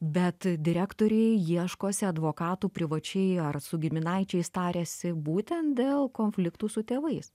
bet direktoriai ieškosi advokatų privačiai ar su giminaičiais tariasi būtent dėl konfliktų su tėvais